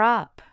up